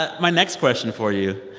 ah my next question for you,